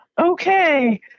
okay